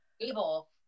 able